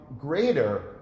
greater